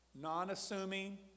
non-assuming